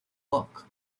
work